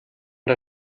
der